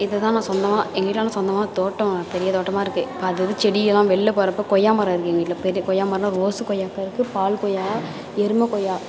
இதை தான் நான் சொந்தமாக எங்கள் வீட்டில் நான் சொந்தமாக தோட்டம் பெரிய தோட்டமாக இருக்குது இப்போ அது வந்து செடியெல்லாம் வெளில போகிறப்ப கொய்யா மரம் இருக்குது எங்கள் வீட்டில் பெரிய கொய்யா மரம்னால் ரோஸு கொய்யாக்காய் இருக்குது பால் கொய்யா எருமை கொய்யா